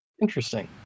Interesting